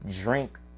Drink